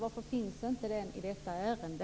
Varför finns inte det i detta ärende?